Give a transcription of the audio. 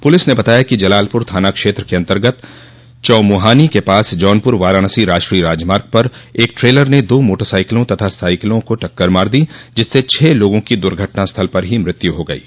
police ने बताया कि जलालपुर थाना क्षेत्र के अन्तर्गत चौमोहानो के पास जौनपुर वाराणसी राष्ट्रीय राजमार्ग पर एक ट्रेलर ने दो मोटरसाइकिलों तथा साइकिलों को टक्कर मार दी जिससे छः लोगों की दुर्घटना स्थल पर ही मौत हो गयी